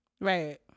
right